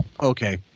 Okay